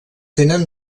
tenen